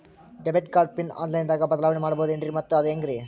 Debit card pin online ದಾಗ ಬದಲಾವಣೆ ಮಾಡಬಹುದೇನ್ರಿ ಮತ್ತು ಅದು ಹೆಂಗ್ರಿ?